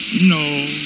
No